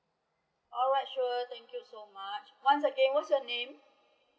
alright sure thank you so much once again what's your name